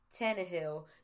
Tannehill